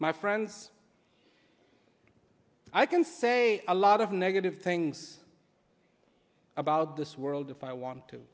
my friends i can say a lot of negative things about this world if i want to